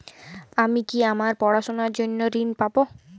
আমি কি আমার পড়াশোনার জন্য ঋণ পাব?